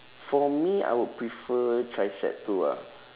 for me I would prefer tricep too ah